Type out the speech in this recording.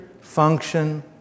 function